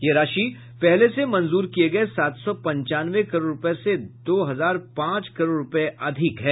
यह राशि पहले से मंजूर किये गये सात सौ पंचानवे करोड़ रूपये से दो हजार पांच करोड़ रूपये अधिक है